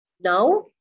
Now